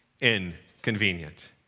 inconvenient